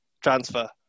transfer